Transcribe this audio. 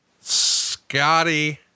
Scotty